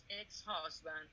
ex-husband